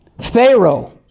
pharaoh